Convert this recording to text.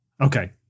Okay